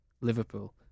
Liverpool